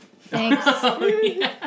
thanks